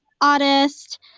artist